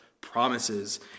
promises